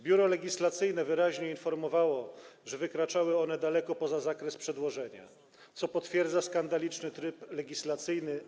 Biuro Legislacyjne wyraźnie informowało, że wykraczały one daleko poza zakres przedłożenia, co potwierdza skandaliczny tryb legislacyjny.